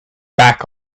back